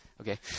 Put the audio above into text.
okay